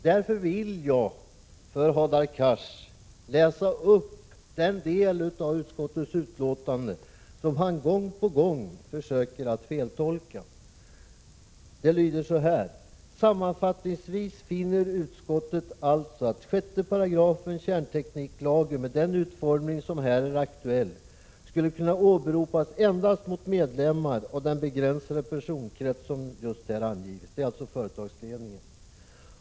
Därför vill jag för Hadar Cars läsa upp de rader i utskottsbetänkandet som han gång på gång försöker feltolka: ”Sammanfattningsvis finner utskottet alltså att 6 § kärntekniklagen med den utformning som här är aktuell skulle kunna åberopas endast mot medlemmar av den begränsade personkrets som just har angivits.” Det är alltså företagsledningen.